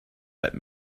that